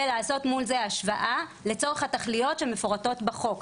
ולעשות מול זה השוואה לצורך התכליות שמפורטות בחוק.